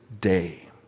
day